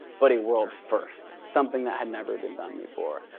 but a world first. something that had never been done before.